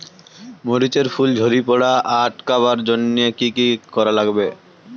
মরিচ এর ফুল ঝড়ি পড়া আটকাবার জইন্যে কি কি করা লাগবে?